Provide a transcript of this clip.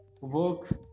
works